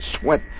sweat